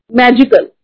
magical